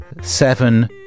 seven